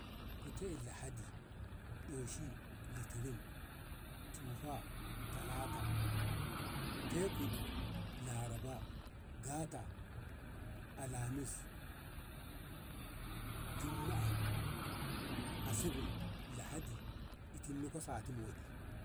kute ladi ɗoshi litinin tufa talata tekut laraba gata alamis jumma`a asubur lahadi itin niko sati moɗi.